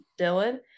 Dylan